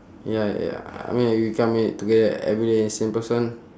ya ya I mean you come in together every day same person